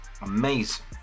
amazing